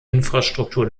infrastruktur